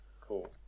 Cool